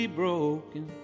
broken